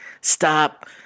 stop